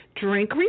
drink